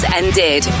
ended